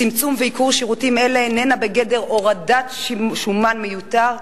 צמצום ועיקור שירותים אלה אינם בגדר הורדת שומן מיותר,